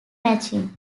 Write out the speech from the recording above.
machine